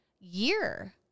year